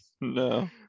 No